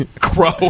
Crow